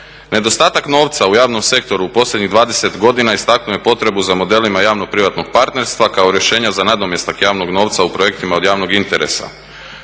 Nedostatak novca u javnom sektoru u posljednjih 20 godina istaknuo je potrebu za modelima javno-privatnog partnerstva kao rješenja za nadomjestak javnog novca u projektima od javnog interesa.